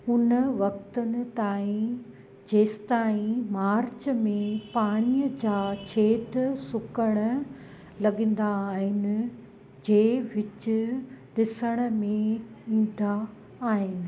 हुन वक़्तनि ताईं जेसिंताईं मार्च में पाणीअ जा शेद सुकण लॻंदा आहिनि जे विचु ॾिसण में ईंदा आहिनि